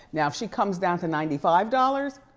now, if she comes down to ninety five dollars,